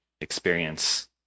experience